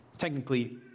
technically